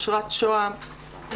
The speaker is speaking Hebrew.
אושרת שוהם,